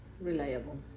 reliable